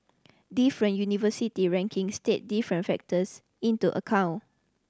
different university rankings take different factors into account